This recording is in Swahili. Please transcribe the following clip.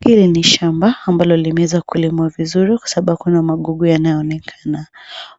Hili ni shamba ambalo linaweza kulimwa vizuri kwa sababu kuna magugu yanayoonekana.